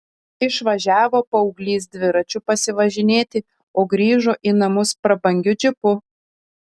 išvažiavo paauglys dviračiu pasivažinėti o grįžo į namus prabangiu džipu